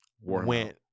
went